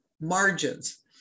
margins